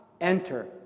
enter